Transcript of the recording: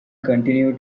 continue